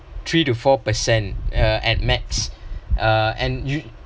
three to four percent uh at max uh and you